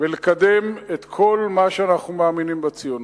ולקדם את כל מה שאנחנו מאמינים בו בציונות,